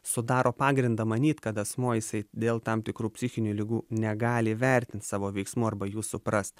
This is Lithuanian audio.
sudaro pagrindą manyt kad asmuo jisai dėl tam tikrų psichinių ligų negali įvertint savo veiksmų arba jų suprast